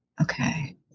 okay